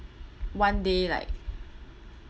one day like